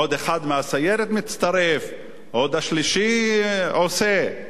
עוד אחד מהסיירת מצטרף, עוד השלישי עושה.